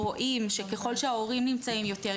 רואים שככל שההורים נמצאים יותר,